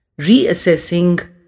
reassessing